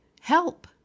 help